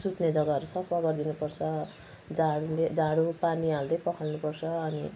सुत्ने जगाहरू सफा गरिदिनु पर्छ झाडुले झाडु पानी हाल्दै पखाल्नु पर्छ अनि